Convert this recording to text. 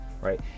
right